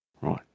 Right